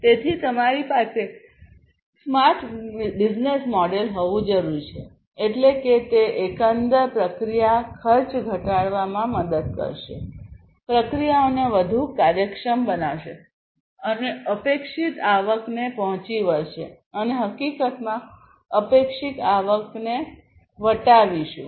તેથી તમારી પાસે સ્માર્ટ બિઝનેસ મોડેલ હોવું જરૂરી છે એટલે કે તે એકંદર પ્રક્રિયા ખર્ચ ઘટાડવામાં મદદ કરશે પ્રક્રિયાઓને વધુ કાર્યક્ષમ બનાવશે અને અપેક્ષિત આવકને પહોંચી વળશે અને હકીકતમાં અપેક્ષિત આવકને વટાવીશું